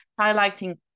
highlighting